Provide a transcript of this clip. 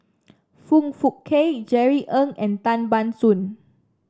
Foong Fook Kay Jerry Ng and Tan Ban Soon